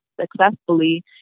successfully